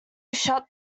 shut